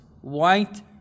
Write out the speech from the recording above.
white